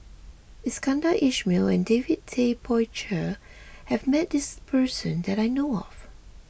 Iskandar Ismail and David Tay Poey Cher has met this person that I know of